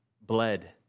bled